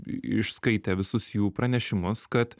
išskaitė visus jų pranešimus kad